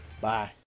Bye